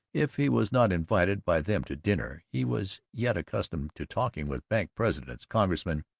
if he was not invited by them to dinner, he was yet accustomed to talking with bank-presidents, congressmen,